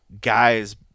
guys